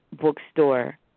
bookstore